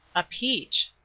a peach.